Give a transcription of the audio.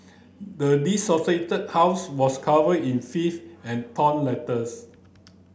the house was covered in filth and torn letters